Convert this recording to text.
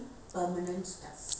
congratulations